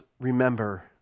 remember